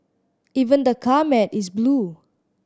even the car mat is blue